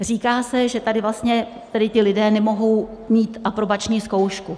Říká se, že tady vlastně ti lidé nemohou mít aprobační zkoušku.